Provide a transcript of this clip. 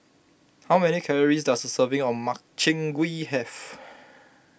how many calories does a serving of Makchang Gui have